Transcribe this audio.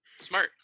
Smart